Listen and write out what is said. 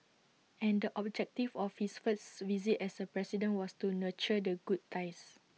and the objective of his first visit as A president was to nurture the good ties